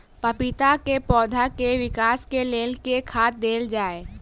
पपीता केँ पौधा केँ विकास केँ लेल केँ खाद देल जाए?